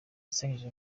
yasangije